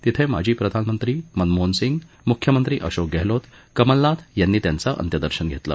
तिथे माजी प्रधानमंत्री मनमोहन सिंग मुख्यमंत्री अशोक गहलोत कमलनाथ यांनी त्यांचं अंत्यदर्शन घेतलं